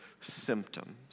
symptoms